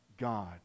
God